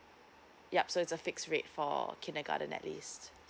yup so it's a fix rate for kindergarten at least